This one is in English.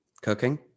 Cooking